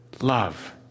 love